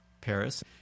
Paris